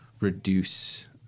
reduce